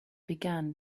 began